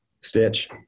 Stitch